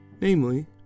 namely